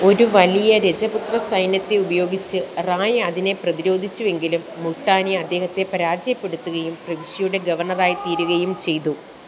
ഒരു വലിയ രജപുത്ര സൈന്യത്തെ ഉപയോഗിച്ച് റായ് അതിനെ പ്രതിരോധിച്ചുവെങ്കിലും മുട്ടാനി അദ്ദേഹത്തെ പരാജയപ്പെടുത്തുകയും പ്രവിശ്യയുടെ ഗവർണ്ണറായിത്തീരുകയും ചെയ്തു